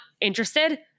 interested